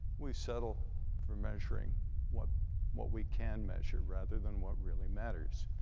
we settle for measuring what what we can measure rather than what really matters.